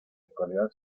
actualidad